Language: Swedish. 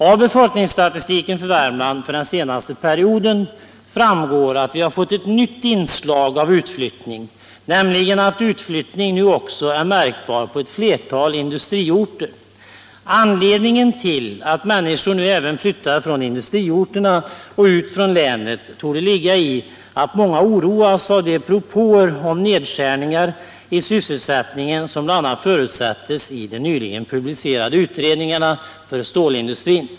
Av befolkningsstatistiken för Värmland för den senaste perioden framgår att vi fått ett nytt inslag av utflyttning, nämligen att utflyttning nu också är märkbar på ett flertal industriorter. Anledningen till att människor nu även flyttar från industriorterna och ut från länet torde ligga i att många oroas av de propåer om nedskärningar i sysselsättningen som bl.a. förutsättes i de nyligen publicerade utredningarna för stålindustrin.